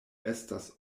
estas